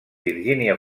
virgínia